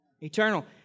Eternal